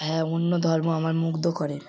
হ্যাঁ অন্য ধর্ম আমায় মুগ্ধ করে